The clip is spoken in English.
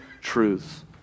truths